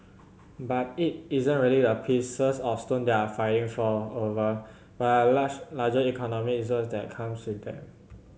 but it isn't really the pieces of stone they're fighting over but large larger economic zones that come them